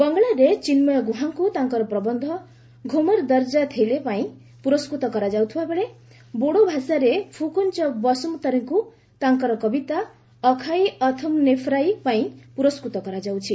ବଙ୍ଗଳାରେ ଚିନ୍ମୟ ଗୁହାଙ୍କୁ ତାଙ୍କର ପ୍ରବନ୍ଧ 'ଘୁମରଦର୍କା ଥେଲେ' ପାଇଁ ପ୍ରରସ୍କୃତ କରାଯାଉଥିବା ବେଳେ ବୋଡୋ ଭାଷାରେ ଫ୍ରକନ୍ ଚ ବସୁମତାରୀଙ୍କୁ ତାଙ୍କର କବିତା 'ଅଖାଇ ଅଥୁମ୍ନିଫରାଇ' ପାଇଁ ପୁରସ୍କୃତ କରାଯାଉଛି